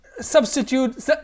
substitute